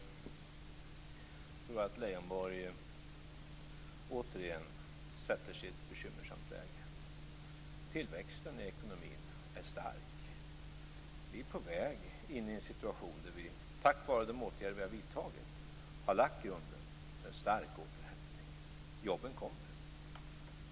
Herr talman! Jag tror att Leijonborg återigen sätter sig i ett bekymmersamt läge. Tillväxten i ekonomin är stark. Vi är på väg in i en situation där vi tack vare de åtgärder vi har vidtagit har lagt grunden för en stark återhämtning. Jobben kommer.